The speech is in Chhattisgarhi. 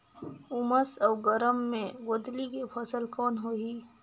उमस अउ गरम मे गोंदली के फसल कौन होही?